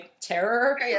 terror